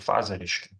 fazę reiškia